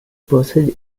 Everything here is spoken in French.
possède